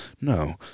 No